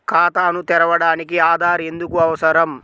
ఖాతాను తెరవడానికి ఆధార్ ఎందుకు అవసరం?